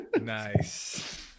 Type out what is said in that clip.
Nice